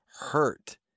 hurt